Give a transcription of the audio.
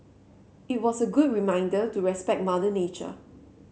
it was a good reminder to respect Mother Nature